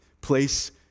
Place